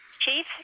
Chief